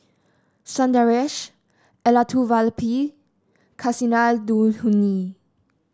Sundaresh Elattuvalapil Kasinadhuni